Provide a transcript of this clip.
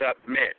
submit